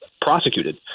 prosecuted